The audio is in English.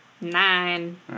Nine